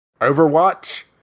Overwatch